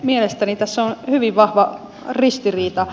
mielestäni tässä on hyvin vahva ristiriita